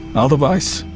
otherwise